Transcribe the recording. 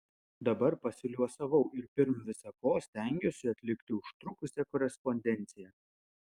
dabar pasiliuosavau ir pirm visa ko stengiuosi atlikti užtrukusią korespondenciją